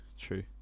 true